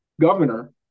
governor